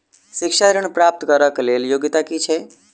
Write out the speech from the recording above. शिक्षा ऋण प्राप्त करऽ कऽ लेल योग्यता की छई?